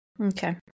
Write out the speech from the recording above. Okay